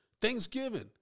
Thanksgiving